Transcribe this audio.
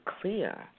clear